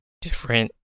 Different